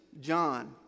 John